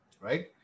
right